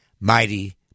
mighty